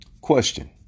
Question